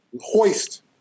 hoist